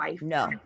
No